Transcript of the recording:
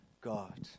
God